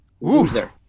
Loser